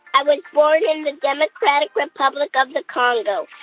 i was born in the democratic republic of the congo,